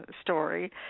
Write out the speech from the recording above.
story